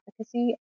efficacy